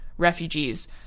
Refugees